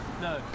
No